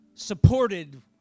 supported